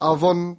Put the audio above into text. Avon